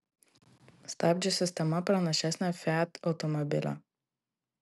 stabdžių sistema pranašesnė fiat automobilio